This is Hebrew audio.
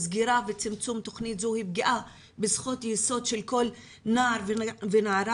סגירה וצמצום של תוכנית זו היא פגיעה בזכות יסוד של כל נער ונערה.